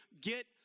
get